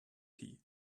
tea